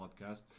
podcast